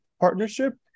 partnership